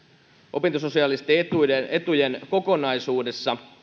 opintososiaalisten etujen etujen kokonaisuudessa